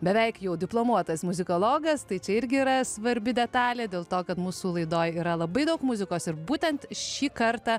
beveik jau diplomuotas muzikologas tai čia irgi yra svarbi detalė dėl to kad mūsų laidoj yra labai daug muzikos ir būtent šį kartą